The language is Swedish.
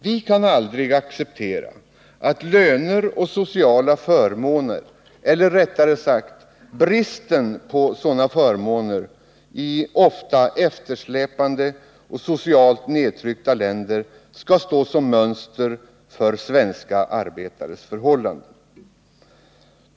Vi kan aldrig acceptera att löner och sociala förmåner, eller rättare sagt bristen på förmåner, i ofta eftersläpande och socialt nedtryckta länder skall stå som mönster för svenska arbetares förhållanden.